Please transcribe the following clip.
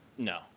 No